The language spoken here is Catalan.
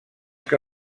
que